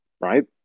right